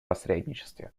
посредничестве